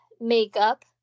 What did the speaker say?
Makeup